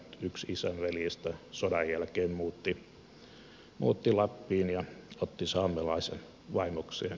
yksi isän veljistä sodan jälkeen muutti lappiin ja otti saamelaisen vaimokseen